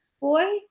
boy